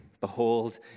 Behold